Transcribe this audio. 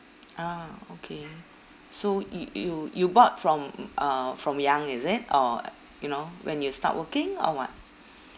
ah okay so y~ you you bought from mm uh from young is it or you know when you start working or what